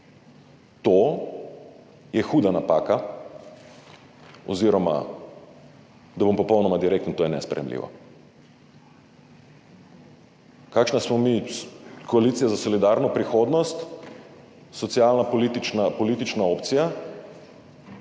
To je huda napaka oziroma, da bom popolnoma direkten, to je nesprejemljivo. Kakšna smo mi koalicija za solidarno prihodnost, socialna, politična opcija,